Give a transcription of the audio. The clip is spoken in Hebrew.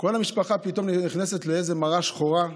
כל המשפחה פתאום נכנסת לאיזו מרה שחורה,